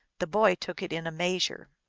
the boy took it in a measure.